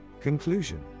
conclusion